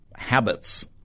habits